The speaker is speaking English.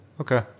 Okay